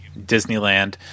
Disneyland